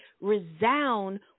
resound